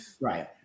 Right